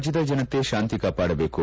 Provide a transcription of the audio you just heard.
ರಾಜ್ಯದ ಜನತೆ ಶಾಂತಿ ಕಾಪಾಡಬೇಕು